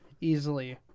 Easily